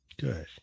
Good